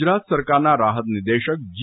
ગુજરાત સરકારના રાહત નિદેશક જી